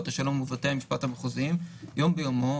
השלום ובתי המשפט המחוזיים יום ביומו,